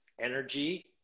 energy